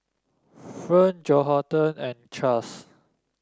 Fern Johathan and Chas